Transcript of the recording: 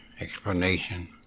explanation